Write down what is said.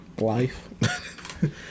Life